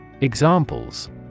Examples